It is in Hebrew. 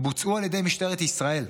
בוצעו על ידי משטרת ישראל.